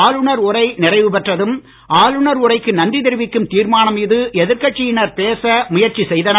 ஆளுநர் உரை நிறைவு பெற்றதும் ஆளுநர் உரைக்கு நன்றி தெரிவிக்கும் தீர்மானம் மீது எதிர்கட்சியினர் பேச முயற்சி செய்தனர்